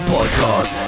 Podcast